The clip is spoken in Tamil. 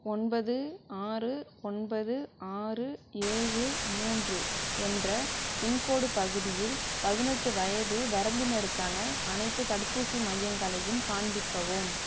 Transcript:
ஒன்பது ஆறு ஒன்பது ஆறு ஏழு மூன்று என்ற பின்கோடு பகுதியில் பதினெட்டு வயது வரம்பினருக்கான அனைத்து தடுப்பூசி மையங்களையும் காண்பிக்கவும்